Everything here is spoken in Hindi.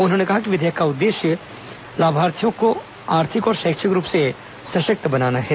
उन्होंने कहा कि विधेयक का उद्देश्य लक्षित लाभार्थियों को आर्थिक और शैक्षिक रूप से सशक्त बनाना है